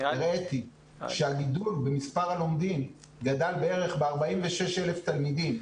הראיתי שמספר הלומדים גדל בערך ב-46,000 תלמידים.